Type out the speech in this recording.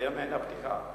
לסיים מעין הפתיחה.